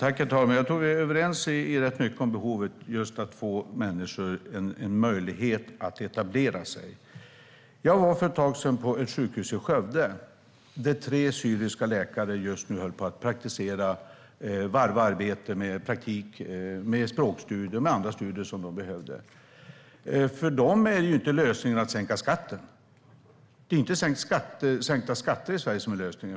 Herr talman! Jag tror att vi är överens om rätt mycket när det gäller behovet av att människor får möjlighet att etablera sig. Jag besökte för ett tag sedan ett sjukhus i Skövde där tre syriska läkare praktiserar. De varvar praktik med språkstudier och andra studier som de behöver. För dem är inte lösningen att sänka skatterna.